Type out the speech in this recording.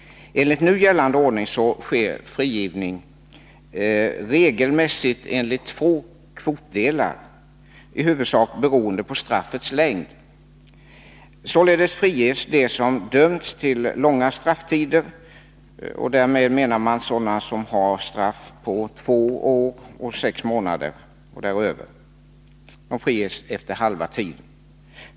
Enligt gällande ordning sker frigivning regelmässigt enligt två kvotdelar, i huvudsak beroende på straffets längd. Sålunda friges de som dömts till långa strafftider — och därmed menar man dem som har strafftider på två år och sex månader eller däröver — efter halva tiden.